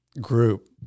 group